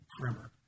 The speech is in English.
Primer